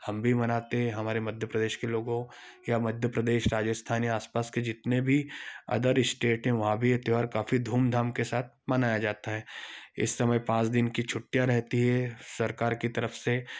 हम भी मनाते हैं हमारे मध्य प्रदेश के लोगों या मध्य प्रदेश राजस्थान या आसपास के जितने भी अदर स्टेट हैं वहाँ भी ये त्यौहार काफी धूमधाम के साथ मनाया जाता है इस समय पाँच दिन की छुट्टियाँ रहती है सरकार की तरफ से